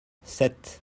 sept